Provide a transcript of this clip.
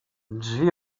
drzwi